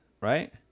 Right